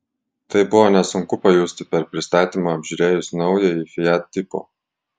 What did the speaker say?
tai buvo nesunku pajusti per pristatymą apžiūrėjus naująjį fiat tipo